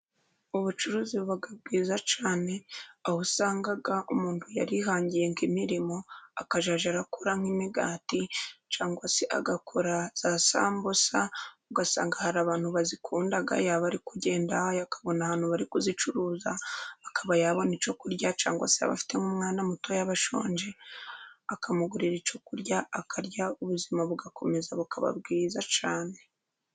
Ubucuruzi buba bwiza cyane, aho usanga umuntu yarihangiye imirimo, akazajya arakora nk'imigati cyangwa se agakora za sambusa, ugasanga hari abantu bazikunda yaba ari kugenda akabona ahantu bari kuzicuruza, akaba yabona icyo kurya cyangwa se yaba afite nk'umwana muto yaba ashonje akamugurira icyo kurya akarya ubuzima bugakomeza bukaba bwiza cyane.